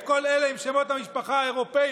את כל אלה עם שמות המשפחה האירופיים,